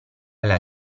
alla